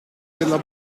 della